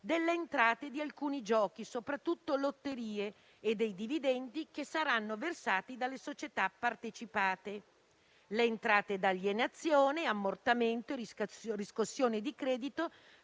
delle entrate di alcuni giochi, soprattutto lotterie, e dei dividenti che saranno versati dalle società partecipate. Le entrate da alienazione, ammortamento e riscossione di credito